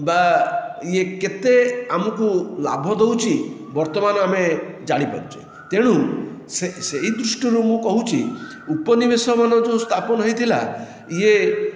ବା ଇଏ କେତେ ଆମକୁ ଲାଭ ଦେଉଛି ବର୍ତ୍ତମାନ ଆମେ ଜାଣିପାରୁଛେ ତେଣୁ ସେ ସେହି ଦୃଷ୍ଟିରୁ ମୁଁ କହୁଛି ଉପନିବେଶମାନ ଯେଉଁ ସ୍ଥାପନ ହୋଇଥିଲା ଇଏ